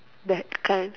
that kind